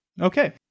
Okay